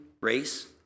race